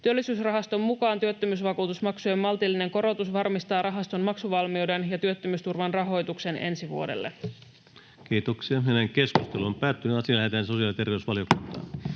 Työllisyysrahaston mukaan työttömyysvakuutusmaksujen maltillinen korotus varmistaa rahaston maksuvalmiuden ja työttömyysturvan rahoituksen ensi vuodelle. Lähetekeskustelua varten esitellään päiväjärjestyksen